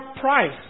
price